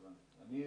הבנתי.